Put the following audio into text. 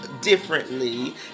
differently